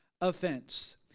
offense